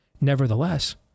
nevertheless